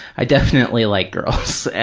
i definitely like girls,